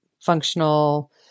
functional